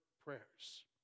prayers